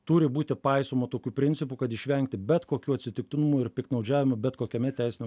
turi būti paisoma tokių principų kad išvengti bet kokių atsitiktinumų ir piktnaudžiavimų bet kokiame teisiniam